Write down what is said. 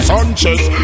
Sanchez